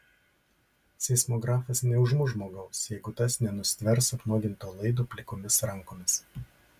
seismografas neužmuš žmogaus jeigu tas nenustvers apnuoginto laido plikomis rankomis